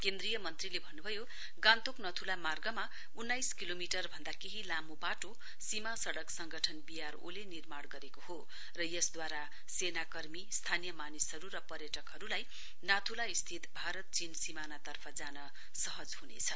केन्द्रीय मन्त्रीले भन्नुभयो गान्तोक नाथुला मार्गमा उन्नाइस किलोमिटर भन्दा केही लामो वाटो सीमा सडक संगठन बी आर ओ ले निर्माण गरेको हो र यसद्वारा सेना कर्मी स्थानीय मानिसहरु र पर्यटकहरुलाई नाथुला स्थित भारत चीन तर्फ जान सहज हुनेछ